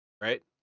right